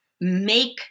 make